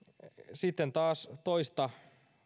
sitten taas toista